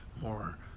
more